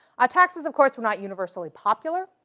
ah taxes of course were not universally popular.